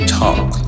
talk